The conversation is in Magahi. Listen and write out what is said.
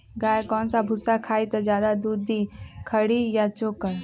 गाय कौन सा भूसा खाई त ज्यादा दूध दी खरी या चोकर?